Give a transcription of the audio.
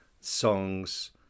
songs